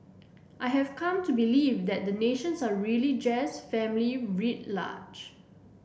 I have come to believe that nations are really just family writ large